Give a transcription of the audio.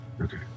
Okay